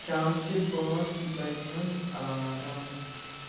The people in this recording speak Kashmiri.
شامچہِ پانٛژھ بجہِ ہُند الارام